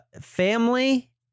family